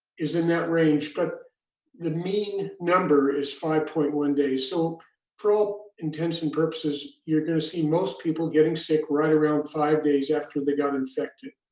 is in that range, but the mean number is five point one days. so for all intents and purposes, you're gonna see most people getting sick right around five days after they got infected.